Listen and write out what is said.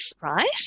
right